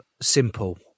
simple